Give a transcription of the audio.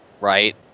Right